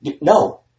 No